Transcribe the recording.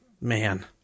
Man